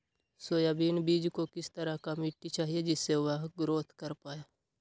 Soybean बीज को किस तरह का मिट्टी चाहिए जिससे वह ग्रोथ कर पाए?